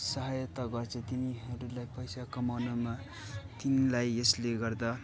साहयता गर्छ तिनिहरूलाई पैसा कमाउनमा तिनलाई यसले गर्दा